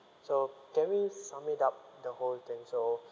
so can we sum it up the whole thing so